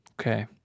Okay